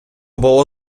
було